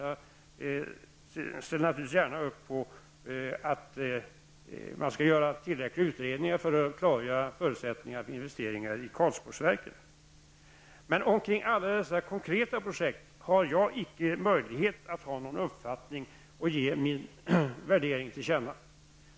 Jag ställer naturligtvis gärna upp på att man skall göra tillräckliga utredningar för att klargöra förutsättningarna för investeringar i Karlsborgsverken. Men rörande alla dessa konkreta projekt har jag icke möjlighet att redovisa någon uppfattning eller ge min värdering till känna.